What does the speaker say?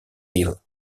hill